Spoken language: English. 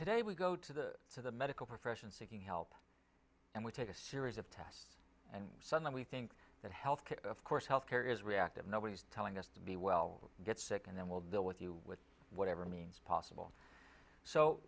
today we go to the to the medical profession seeking help and we take a series of tests and suddenly think that health care of course health care is reactive nobody's telling us to be well get sick and then we'll deal with you with whatever means possible so